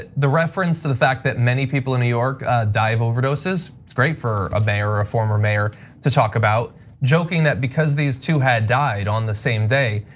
the the reference to the fact that many people in new york die of overdoses. it's great for a mayor or a former mayor to talk about joking that, because this two had died on the same day.